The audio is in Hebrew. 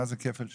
מהו כפל שיעור?